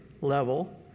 level